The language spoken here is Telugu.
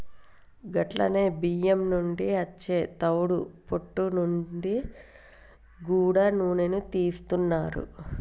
గట్లనే బియ్యం నుండి అచ్చే తవుడు పొట్టు నుంచి గూడా నూనెను తీస్తున్నారు